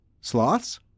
sloths